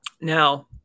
Now